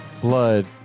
blood